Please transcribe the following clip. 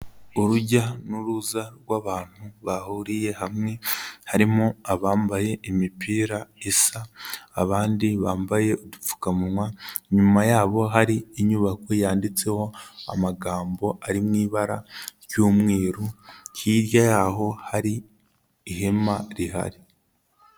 Urujya n'uruza, rw'abantu bahuriye hamwe, harimo abambaye imipira isa, abandi bambaye udupfukamunwa, inyuma yabo hari inyubako yanditseho amagambo ari mu ibara ry'umweru, hirya yaho hari ihema rihari.